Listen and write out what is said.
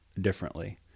differently